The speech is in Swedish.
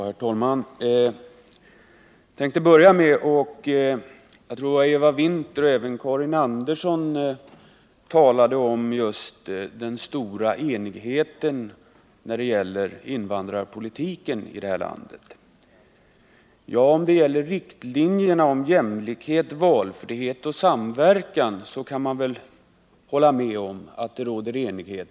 Herr talman! Jag skall börja med att kommentera det som Eva Winther och även Karin Andersson sade om just den stora enigheten när det gäller invandrarpolitiken i detta land. Ja, om det gäller riktlinjerna för jämlikhet, valfrihet och samverkan kan man hålla med om att det råder enighet.